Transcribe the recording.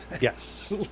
Yes